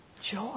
joy